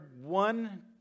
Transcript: one